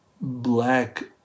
black